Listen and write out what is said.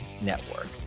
Network